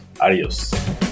Adios